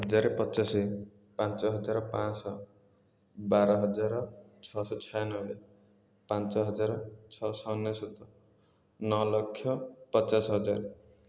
ହଜାରେ ପଚାଶେ ପାଞ୍ଚ ହଜାର ପାଞ୍ଚ ଶହ ବାର ହଜାର ଛଅ ଶହ ଛୟାନବେ ପାଞ୍ଚ ହଜାର ଛଅ ଶହ ଅନେଶତ ନଅ ଲକ୍ଷ ପଚାଶ ହଜାର